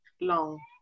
long